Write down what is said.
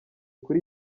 kuri